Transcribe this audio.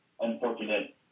unfortunate